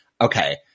okay